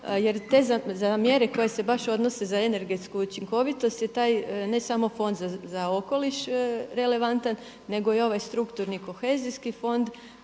jer te mjere koje se baš odnose za energetsku učinkovitost je taj ne samo Fond za okoliš relevantan, nego i ovaj strukturni kohezijski fond